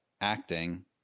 acting